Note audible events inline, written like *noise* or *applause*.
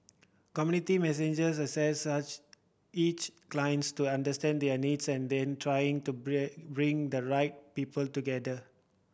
community messengers assess *unintelligible* each clients to understand their needs and then trying to *unintelligible* bring the right people together